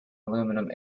aluminum